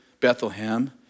Bethlehem